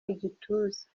igituza